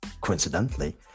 coincidentally